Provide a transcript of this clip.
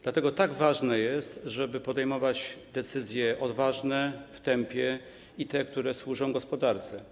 Dlatego tak ważne jest, żeby podejmować decyzje odważne, w tempie i takie, które służą gospodarce.